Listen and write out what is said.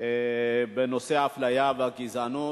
בנושא האפליה והגזענות,